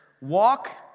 walk